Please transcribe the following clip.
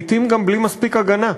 לעתים גם בלי מספיק הגנה,